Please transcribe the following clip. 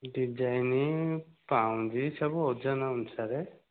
design ପାଉଁଜି ସବୁ ଓଜନ ଅନୁସାରେ